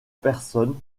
personne